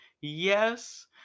Yes